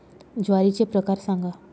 ज्वारीचे प्रकार सांगा